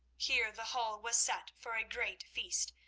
here the hall was set for a great feast,